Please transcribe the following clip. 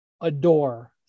adore